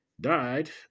died